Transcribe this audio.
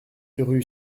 rue